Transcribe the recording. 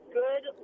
good